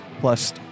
plus